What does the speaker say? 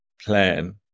plan